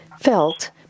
felt